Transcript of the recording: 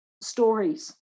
stories